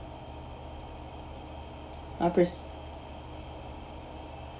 uh press